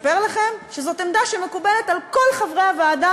אספר לכם שזאת עמדה שמקובלת על כל חברי הוועדה,